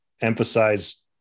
emphasize